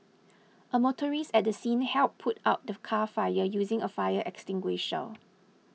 a motorist at the scene helped put out the car fire using a fire extinguisher